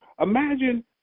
Imagine